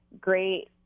great